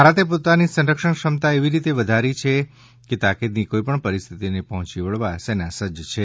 ભારતે પોતાની સંરક્ષણ ક્ષમતા એવી રીતે વધારી છે કે તાકીદની કોઈપણ પરિસ્થિતિને પહોંચી વળવા સેના સજ્જ છે